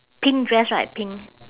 pink dress right pink